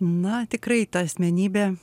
na tikrai ta asmenybė